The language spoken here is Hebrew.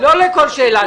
לא לכל שאלה.